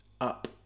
Up